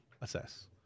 assess